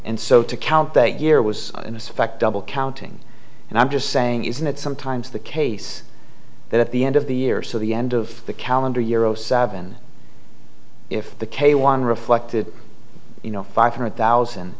and so to count that year was in this fact double counting and i'm just saying isn't it sometimes the case that at the end of the year or so the end of the calendar year zero seven if the k one reflected you know five hundred thousand